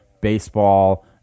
baseball